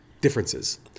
differences